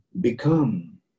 Become